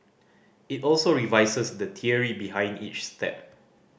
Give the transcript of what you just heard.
it also revises the theory behind each step